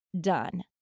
done